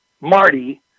Marty